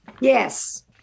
Yes